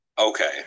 okay